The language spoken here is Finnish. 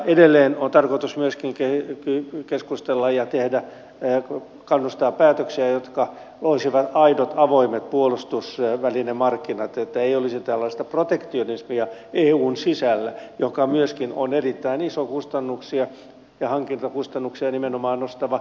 edelleen on tarkoitus myöskin keskustella ja kannustaa päätöksiin aidoista avoimista puolustusvälinemarkkinoista että ei olisi tällaista protektionismia eun sisällä joka myöskin on erittäin iso kustannuksia ja nimenomaan hankintakustannuksia nostava tekijä